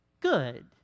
good